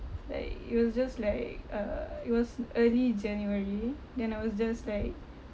like it was just like uh it was early january then I was just like